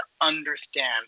understand